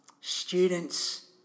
students